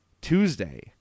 Tuesday